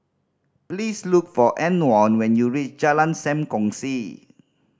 please look for Antwon when you reach Jalan Sam Kongsi